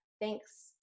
thanks